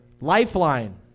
Lifeline